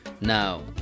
Now